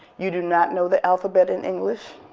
you do not know the alphabet in english.